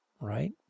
Right